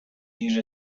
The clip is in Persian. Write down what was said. دیر